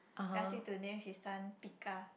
ask him to name his son Pika